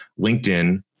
LinkedIn